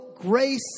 grace